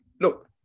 Look